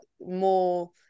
more